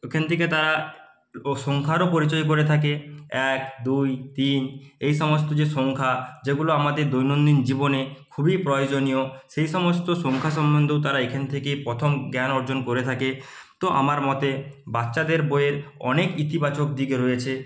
ওখান থেকে তারা ও সংখ্যারও পরিচয় করে থাকে এক দুই তিন এই সমস্ত যে সংখ্যা যেগুলো আমাদের দৈনন্দিন জীবনে খুবই প্রয়োজনীয় সেই সমস্ত সংখ্যা সম্বন্ধেও তারা এখান থেকে প্রথম জ্ঞান অর্জন করে থাকে তো আমার মতে বাচ্চাদের বইয়ের অনেক ইতিবাচক দিক রয়েছে